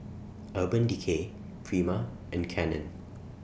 Urban Decay Prima and Canon